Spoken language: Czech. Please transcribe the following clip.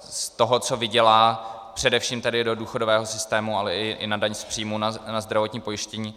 z toho, co vydělá, především tedy do důchodového systému, ale i na daň z příjmu, na zdravotní pojištění.